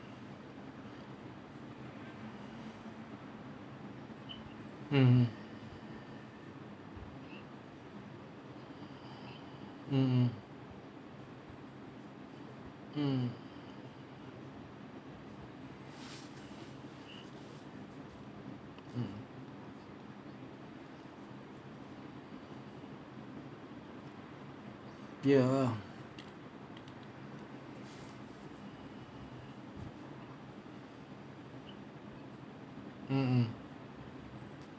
mmhmm mm mm mm ya mm mm